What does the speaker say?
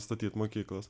statyt mokyklas